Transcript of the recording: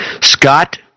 Scott